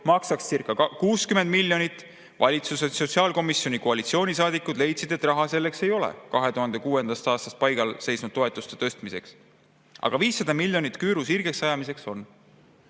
maksakscirca60 miljonit. Valitsus ja sotsiaalkomisjoni koalitsioonisaadikud leidsid, et raha selleks ei ole – 2006. aastast paigal seisnud toetuste tõstmiseks. Aga 500 miljonit küüru sirgeks ajamiseks on.